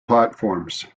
platforms